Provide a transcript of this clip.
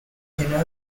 genomic